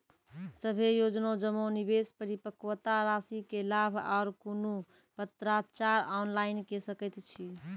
सभे योजना जमा, निवेश, परिपक्वता रासि के लाभ आर कुनू पत्राचार ऑनलाइन के सकैत छी?